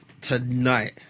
Tonight